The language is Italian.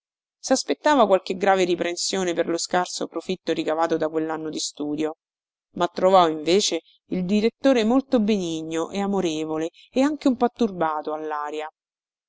direttore saspettava qualche grave riprensione per lo scarso profitto ricavato da quellanno di studio ma trovò invece il direttore molto benigno e amorevole e anche un po turbato allaria